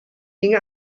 ginge